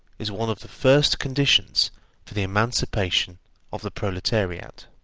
is one of the first conditions for the emancipation of the proletariat.